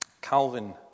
calvin